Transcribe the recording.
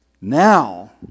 Now